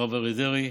הרב אריה דרעי,